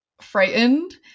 frightened